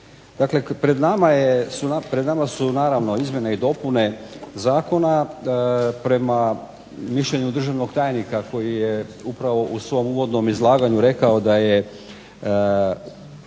su naravno izmjene i dopune zakona prema mišljenju državnog tajnika koji je upravo u svom uvodnom izlaganju rekao da je